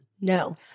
No